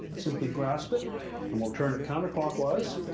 simply grasp it and we'll turn it counterclockwise.